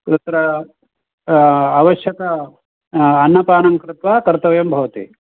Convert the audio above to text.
तत्र अवश्यक अन्नपानं कृत्वा कर्तव्यं भवति